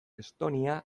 estonia